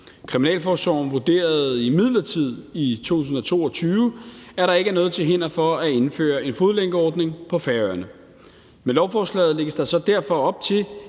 Kriminalforsorgen vurderede imidlertid i 2022, at der ikke er noget til hinder for at indføre en fodlænkeordning på Færøerne. Med lovforslaget lægges der så derfor op til